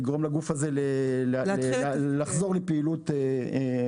כדי לגרום לגוף הזה לחזור לפעילות עצמאית.